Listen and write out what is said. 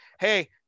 Hey